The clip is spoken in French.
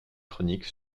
chroniques